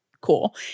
cool